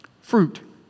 fruit